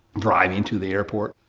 driving to the airport,